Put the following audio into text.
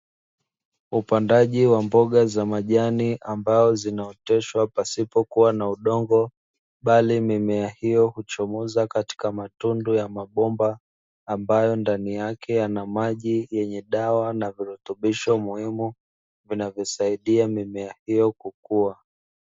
Upandaji wa mboga za majani ambazo zinaoteshwa pasipokuwa na udongo, bali mimea hiyo huchomoza katika matundu ya mabomba ambayo ndani yake yana maji yenye dawa na virutubisho muhimu vinavyosaidia mimea hiyo kukua.